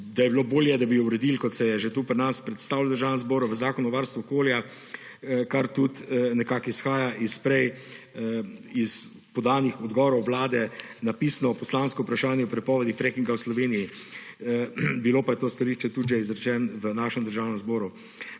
da bi bilo bolje, da bi uredili prepoved frackinga, kot se je že tukaj pri nas predstavilo v Državnem zboru, v Zakonu o varstvu okolja, kar tudi nekako izhaja iz prej podanih odgovorov Vlade na pisno poslansko vprašanje o prepovedi frackinga v Sloveniji. Bilo pa je to stališče tudi že izrečeno v našem Državnem zboru.